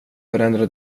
förändra